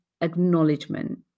acknowledgement